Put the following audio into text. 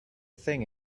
thing